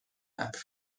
näeb